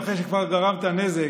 ואחרי שכבר גרמת נזק,